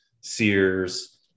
sears